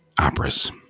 operas